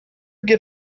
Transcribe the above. get